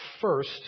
first